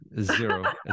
zero